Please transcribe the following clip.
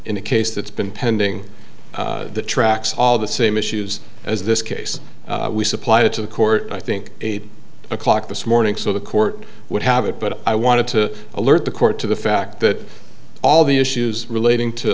in a case that's been pending that tracks all the same issues as this case we supplied to the court i think eight o'clock this morning so the court would have it but i want to alert the court to the fact that all the issues relating to